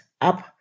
up